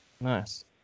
Nice